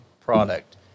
product